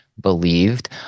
believed